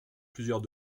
plusieurs